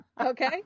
Okay